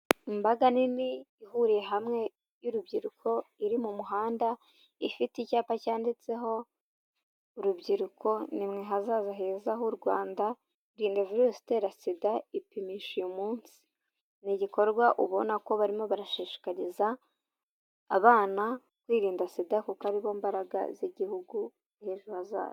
Imbaga nini ihuriye hamwe y'urubyiruko iri mu muhanda, ifite icyapa cyanditseho urubyiruko nimwe hazaza heza h'u Rwanda, irinde virusi itera sida ipimishe uyu munsi, ni igikorwa ubona ko barimo barashishikariza abana kwirinda sida kuko aribo mbaraga z'igihugu z'ejo hazaza.